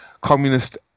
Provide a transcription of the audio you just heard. communist